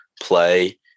play